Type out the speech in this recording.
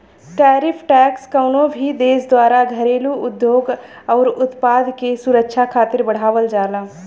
tariff tax कउनो भी देश द्वारा घरेलू उद्योग आउर उत्पाद के सुरक्षा खातिर बढ़ावल जाला